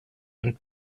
and